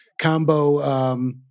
combo